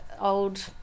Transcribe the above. old